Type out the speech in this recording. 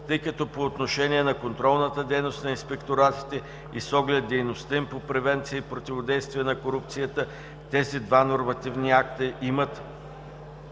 тъй като по отношение на контролната дейност на инспекторатите и с оглед дейността им по превенция и противодействие на корупцията, тези два нормативни акта имат